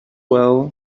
well